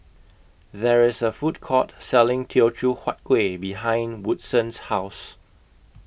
There IS A Food Court Selling Teochew Huat Kueh behind Woodson's House